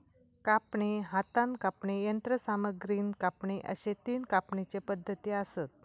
कापणी, हातान कापणी, यंत्रसामग्रीन कापणी अश्ये तीन कापणीचे पद्धती आसत